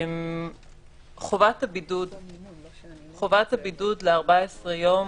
חובת הבידוד ל-14 יום